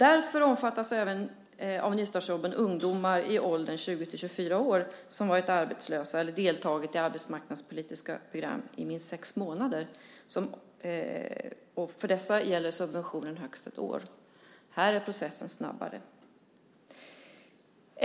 Därför omfattar nystartsjobben även ungdomar i åldern 20-24 år som varit arbetslösa eller deltagit i arbetsmarknadspolitiska program i minst sex månader. För dessa gäller subventionen högst ett år. Här är processen snabbare.